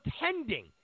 pretending